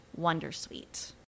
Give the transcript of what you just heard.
Wondersuite